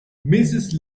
mrs